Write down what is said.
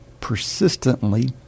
persistently